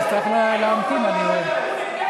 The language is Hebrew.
תתביישו.